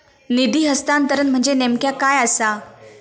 निधी हस्तांतरण म्हणजे नेमक्या काय आसा?